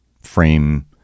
frame